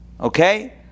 Okay